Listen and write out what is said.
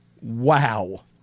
Wow